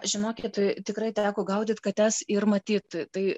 žinokit tikrai teko gaudyt kates ir matyt tai